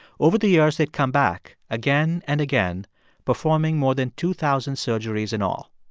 over the years, they'd come back again and again performing more than two thousand surgeries in all.